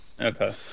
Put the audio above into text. Okay